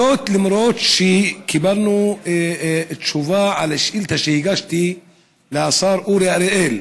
למרות שקיבלנו תשובה על שאילתה שהגשתי לשר אורי אריאל,